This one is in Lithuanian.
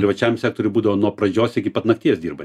privačiam sektoriui būdavo nuo pradžios iki pat nakties dirba